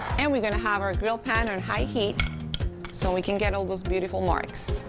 and we're going to have our grill pan on high heat so we can get all those beautiful marks.